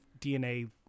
DNA